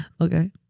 Okay